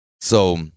So-